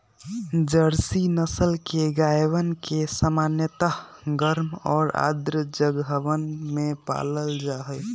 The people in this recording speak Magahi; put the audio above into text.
जर्सी नस्ल के गायवन के सामान्यतः गर्म और आर्द्र जगहवन में पाल्ल जाहई